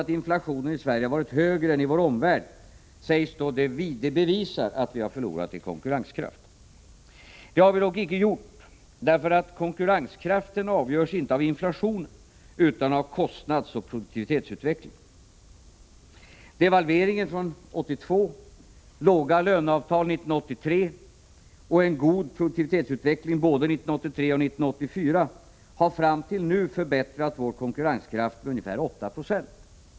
Att inflationen i Sverige har varit högre än i vår omvärld bevisar att vi har förlorat i konkurrenskraft, säger de. Det har vi dock inte gjort, därför att konkurrenskraften avgörs inte av inflation utan av kostnadsoch produktivitetsutveckling. Devalveringen 1982, låga löneavtal 1983 och en god produktivitets utveckling både 1983 och 1984 har fram till nu förbättrat vår konkurrenskraft med ungefär 8 Zo.